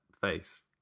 face